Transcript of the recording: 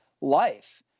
life